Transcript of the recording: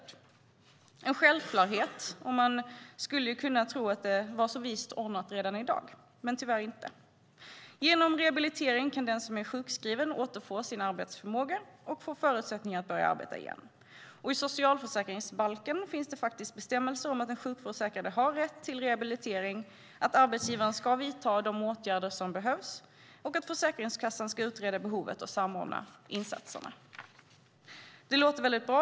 Det är en självklarhet, och man skulle kunna tro att det var så vist ordnat redan i dag, men tyvärr inte. Genom rehabilitering kan den som är sjukskriven återfå sin arbetsförmåga och få förutsättningar att börja arbeta igen. Och i socialförsäkringsbalken finns det faktiskt bestämmelser om att den sjukförsäkrade har rätt till rehabilitering, att arbetsgivaren ska vidta de åtgärder som behövs och att Försäkringskassan ska utreda behovet och samordna insatserna. Det låter väldigt bra.